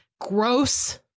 gross